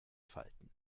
falten